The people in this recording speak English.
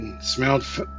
smelled